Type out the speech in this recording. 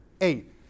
eight